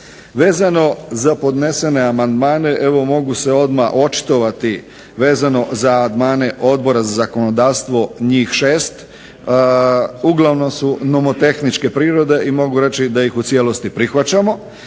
Vezano za podnesene amandmane evo mogu se odmah očitovati vezano za amandmane Odbora za zakonodavstvo, njih šest. Uglavnom su nomotehničke prirode i mogu reći da ih u cijelosti prihvaćamo.